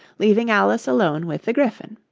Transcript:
leaving alice alone with the gryphon.